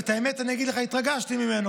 אני אגיד לך את האמת, התרגשתי ממנו.